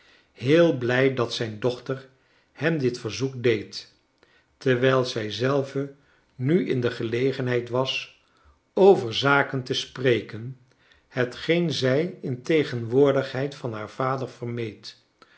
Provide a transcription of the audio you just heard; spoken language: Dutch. heel big dat zijn dochter hem dit verzoek deed terwijl zij zelve nu in de gelegenheid was over zaken te spreken hetgeen zij in tegenwoordigheid van haar vader vermeed